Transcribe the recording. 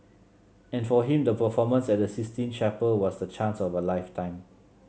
and for him the performance at the Sistine Chapel was the chance of a lifetime